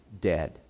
dead